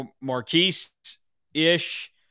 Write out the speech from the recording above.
Marquise-ish